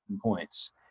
points